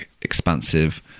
expansive